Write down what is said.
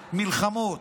מלחמות,